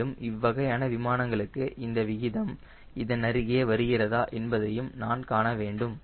மேலும் இவ்வகையான விமானங்களுக்கு இந்த விகிதம் இதனருகே வருகிறதா என்பதையும் நான் காண வேண்டும்